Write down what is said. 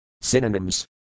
Synonyms